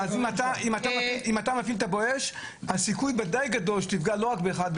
אם אתה מפעיל את ה"בואש" הסיכוי וודאי גדול שתפגע לא רק באחד,